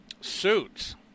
suits